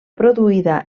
produïda